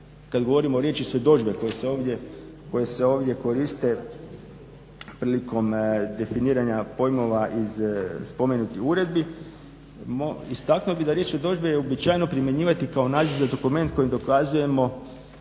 kad govorimo riječi svjedodžbe koje se ovdje koriste prilikom definiranja pojmova iz spomenutih uredbi, istaknuo bih da riječ svjedodžbe je uobičajeno primjenjivati kao naziv za dokument kojim dokazujemo